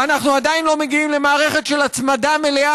ואנחנו עדיין לא מגיעים למערכת של הצמדה מלאה